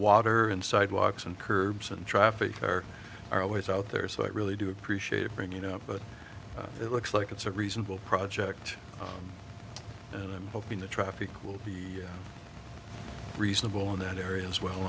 water and sidewalks and curbs and traffic there are always out there so i really do appreciate bring you know but it looks like it's a reasonable project and i'm hoping the traffic will be reasonable in that area as well